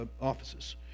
offices